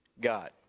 God